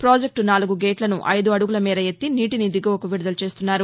project నాలుగు గేట్లసు ఐదు అదుగుల మేర ఎత్తి నీటిని దిగువకు విడుదల చేస్తున్నారు